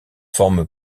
formes